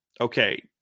okay